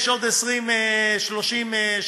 יש עוד 20 30 שנה.